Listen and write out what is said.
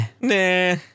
nah